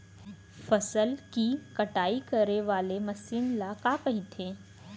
फसल की कटाई करे वाले मशीन ल का कइथे?